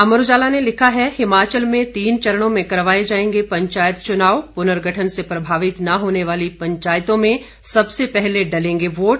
अमर उजाला ने लिखा है हिमाचल में तीन चरणों में करवाए जाएंगे पंचायत चुनाव पुनर्गठन से प्रभावित न होने वाली पंचायतों में सबसे पहले डलेंगे वोट